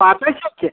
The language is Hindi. पाँचे सौ के